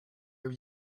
have